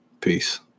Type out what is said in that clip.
Peace